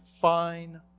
fine